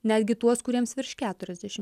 netgi tuos kuriems virš keturiasdešimt